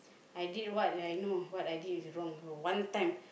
I did what I know what I did is wrong also one time